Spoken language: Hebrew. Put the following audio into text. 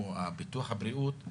הוא ביטוח הבריאות.